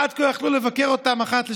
עד כה יכלו לבקר אותם אחת לשבועיים,